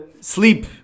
sleep